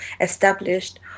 established